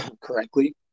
correctly